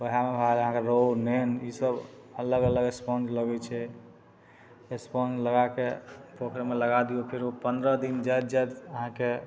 वएहमे भए गेल अहाँके रेहु नेन ई सब अलग अलग स्पॉज लगय छै स्पोंज लगाके पोखरिमे लगा दियौ फेर ओ पन्द्रह दिन जाइत जाइत अहाँके